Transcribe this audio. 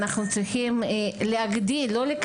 אנחנו צריכים להגדיל את התוכנית,